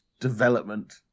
development